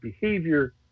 behavior